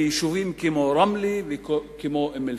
ביישובים כמו רמלה וכמו אום-אל-פחם.